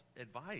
advice